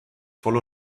voll